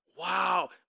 wow